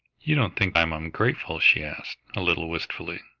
you don't think i am ungrateful? she asked, a little wistfully.